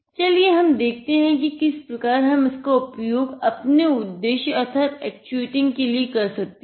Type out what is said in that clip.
और चलिए हम देखते हैं कि किस प्रकार हम इसका उपयोग अपने उद्देश्य अर्थात एक्चुएटिंग के लिए कर सकते हैं